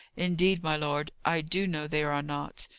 indeed, my lord, i do know there are not,